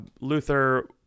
Luther